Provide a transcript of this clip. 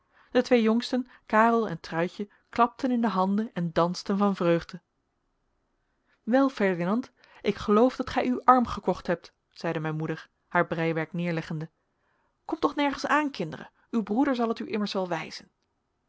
de twee jongsten karel en truitje klapten in de handen en dansten van vreugde wel ferdinand ik geloof dat gij u arm gekocht hebt zeide mijn moeder haar breiwerk neerleggende komt toch nergens aan kinderen uw broeder zal het u immers wel wijzen